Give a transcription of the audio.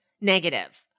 negative